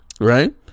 right